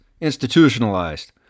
institutionalized